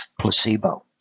placebo